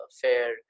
fair